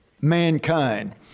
mankind